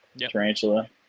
tarantula